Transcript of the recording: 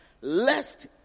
lest